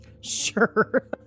sure